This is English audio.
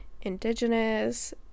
indigenous